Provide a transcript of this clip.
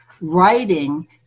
writing